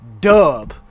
dub